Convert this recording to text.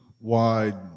wide